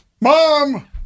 Mom